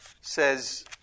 says